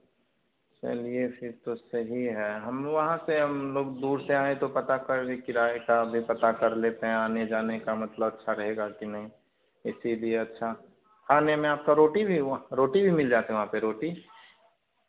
चलिए फिर तो सही है हम वहाँ से हमलोग दूर से आए हैं तो पता कर लें किराए का भी पता कर लेते हैं आने जाने का मतलब अच्छा रहेगा कि नहीं इसीलिए अच्छा खाने में आपका रोटी भी रोटी भी मिल जाते वहाँ पर रोटी